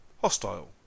hostile